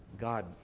God